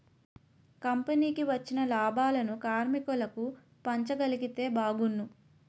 కంపెనీకి వచ్చిన లాభాలను కార్మికులకు పంచగలిగితే బాగున్ను